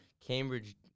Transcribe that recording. Cambridge